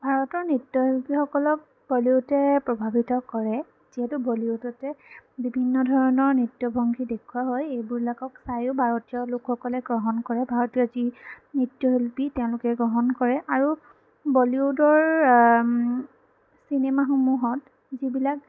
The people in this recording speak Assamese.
ভাৰতৰ নৃত্যশিল্পীসকলক বলীউডে প্ৰভাৱিত কৰে যিহেতু বলীউডতে বিভিন্ন ধৰণৰ নৃত্য ভংগী দেখুওৱা হয় এইবিলাকক চাইও ভাৰতীয় লোকসকলে গ্ৰহণ কৰে ভাৰতীয় যি নৃত্যশিল্পী তেওঁলোকে গ্ৰহণ কৰে আৰু বলীউডৰ চিনেমাসমূহত যিবিলাক